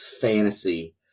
fantasy